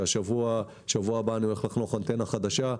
בשבוע הבא אני הולך לחנוך בה אנטנה חדשה,